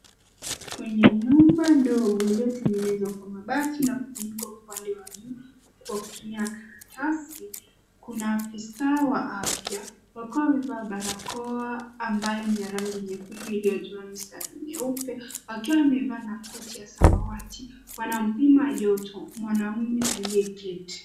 Kwenye nyumba ndogo iliyotengenezwa kwa mabati na kufunikwa upande wa juu kwa kutumia karatasi. Kuna afisa wa afya akiwa amevaa barakoa ambayo ni ya rangi nyekundu iliyojaa mistari nyeupe, akiwa amevaa na koti ya samawati. Wanampima joto mwanaume aliyeketi.